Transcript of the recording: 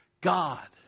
God